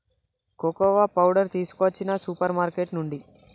cocoa powder తీసుకొచ్చిన supermarket నుండి